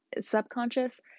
subconscious